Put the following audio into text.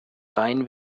rein